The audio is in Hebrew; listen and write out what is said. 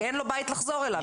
כי אין לו בית לחזור אליו.